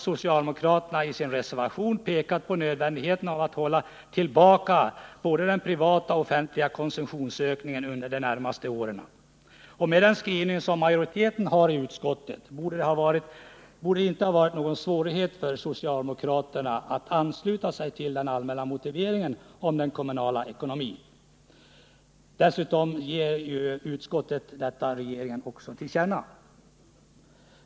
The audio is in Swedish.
Socialdemokraterna har i sin reservation 1 pekat på nödvändigheten av att hålla tillbaka både den privata och den offentliga konsumtionsökningen under de närmaste åren. Med den skrivning som majoriteten i utskottet har borde det inte ha varit någon svårighet för socialdemokraterna att ansluta sig till den allmänna motiveringen när det gäller den kommunala ekonomin, som dessutom ges regeringen till känna.